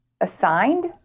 assigned